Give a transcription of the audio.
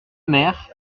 mère